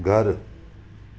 घर